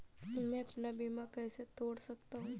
मैं अपना बीमा कैसे तोड़ सकता हूँ?